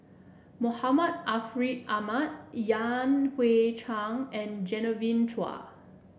Muhammad Ariff Ahmad Yan Hui Chang and Genevieve Chua